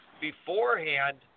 beforehand